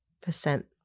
percent